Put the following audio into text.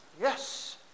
yes